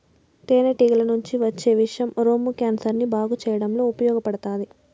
తేనె టీగల నుంచి వచ్చే విషం రొమ్ము క్యాన్సర్ ని బాగు చేయడంలో ఉపయోగపడతాది